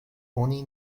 oni